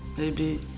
maybe